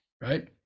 right